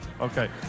okay